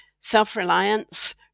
self-reliance